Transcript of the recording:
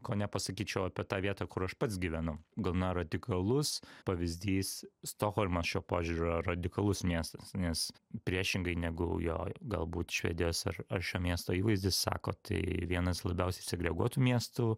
ko nepasakyčiau apie tą vietą kur aš pats gyvenu gana radikalus pavyzdys stokholmas šiuo požiūriu yra radikalus miestas nes priešingai negu jo galbūt švedijos ar ar šio miesto įvaizdis sako tai vienas labiausiai segreguotų miestų